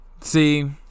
see